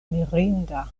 mirinda